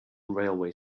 railway